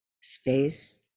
space